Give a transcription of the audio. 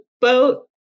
boat